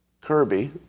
Kirby